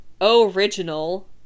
original